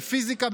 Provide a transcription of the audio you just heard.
בפיזיקה,